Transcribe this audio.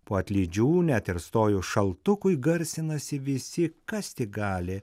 po atlydžių net ir stojus šaltukui garsinasi visi kas tik gali